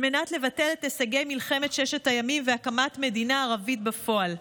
על מנת לבטל את הישגי מלחמת ששת הימים והקמת מדינה ערבית בפועל,